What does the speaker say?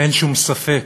אין שום ספק